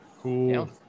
Cool